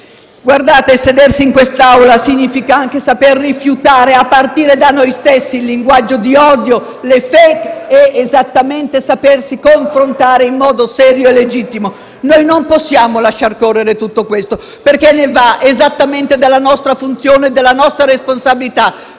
loro che sedersi in quest'Aula significa anche saper rifiutare, a partire da noi stessi, il linguaggio di odio, i *fake*, e sapersi esattamente confrontare in modo serio e legittimo. Non possiamo lasciar correre tutto questo, perché ne va della nostra funzione e della nostra responsabilità